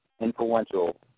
influential